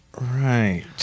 Right